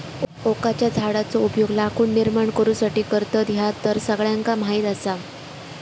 ओकाच्या झाडाचो उपयोग लाकूड निर्माण करुसाठी करतत, ह्या तर सगळ्यांका माहीत आसा